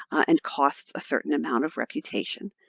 and costs a certain amount of reputation.